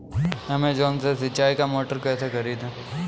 Amazon से सिंचाई का मोटर कैसे खरीदें?